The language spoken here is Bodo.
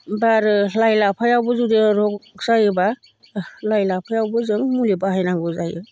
एबा आरो लाइ लाफायावबो जुदि जायोबा लाइ लाफायावबो जों मुलि बाहायनांगौ जायो